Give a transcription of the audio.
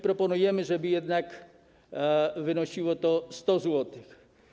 Proponujemy, żeby jednak wynosiło to 100 zł.